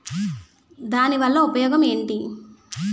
దాని వల్ల ఉపయోగం ఎంటి?